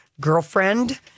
girlfriend